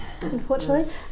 Unfortunately